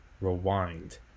rewind